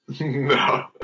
No